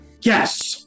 Yes